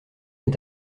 est